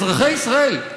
אזרחי ישראל,